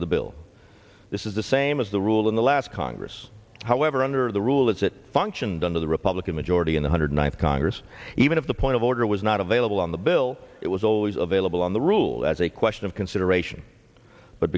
the bill this is the same as the rule in the last congress however under the rule is it functioned under the republican majority in the hundred ninth congress even if the point of order was not available on the bill it was always available on the rule as a question of consideration but